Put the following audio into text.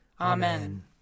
Amen